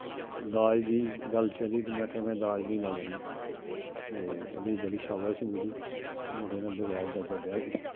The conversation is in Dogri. दाज़ दी गल्ल चली ते मैं आक्खेआ में दाज़ नी लैना ते ओह्दी बड़ी शाबाशी मिली मुड़े ने बगैर दाज़ै ब्याह् कीता